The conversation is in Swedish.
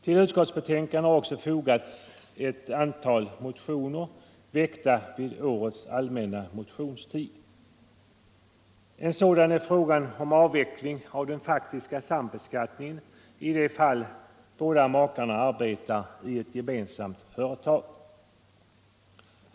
I utskottsbetänkandet har också behandlats ett antal motioner väckta vid årets allmänna motionstid. En sådan motion från centern aktualiserar frågan om avveckling av den faktiska sambeskattningen i de fall båda makarna arbetar i ett gemensamt företag.